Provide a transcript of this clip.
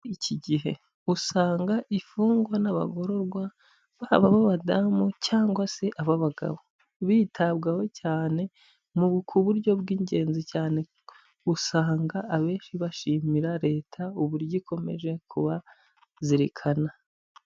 Iki gihe usanga imfungwa n'abagororwa b'abadamu cyangwa se ab'abagabo, bitabwaho cyane, mu ku buryo bw'ingenzi cyane, usanga abenshi bashimira leta uburyo ikomeje kubazirikana.